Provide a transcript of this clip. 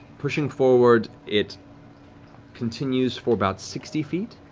pushing forward, it continues for about sixty feet.